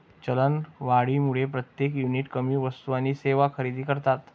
चलनवाढीमुळे प्रत्येक युनिट कमी वस्तू आणि सेवा खरेदी करतात